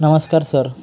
नमस्कार सर